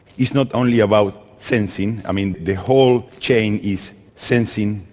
it's not only about sensing, i mean the whole chain is sensing,